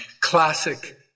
classic